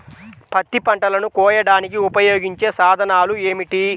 పత్తి పంటలను కోయడానికి ఉపయోగించే సాధనాలు ఏమిటీ?